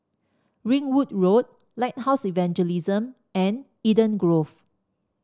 Ringwood Road Lighthouse Evangelism and Eden Grove